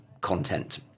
content